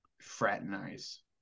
fraternize